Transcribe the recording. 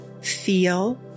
feel